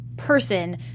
Person